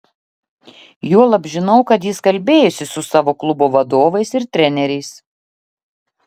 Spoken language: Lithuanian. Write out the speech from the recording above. juolab žinau kad jis kalbėjosi su savo klubo vadovais ir treneriais